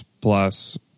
plus